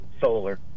solar